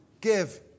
give